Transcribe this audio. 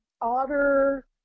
otter